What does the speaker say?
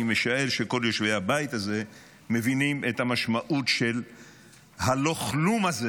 אני משער שכל יושבי הבית הזה מבינים את המשמעות של הלא-כלום הזה